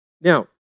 now